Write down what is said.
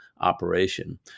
operation